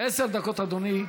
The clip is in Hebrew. עשר דקות, אדוני.